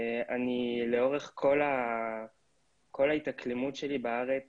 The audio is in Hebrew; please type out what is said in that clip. לאורך כל תקופת ההתאקלמות שלי בארץ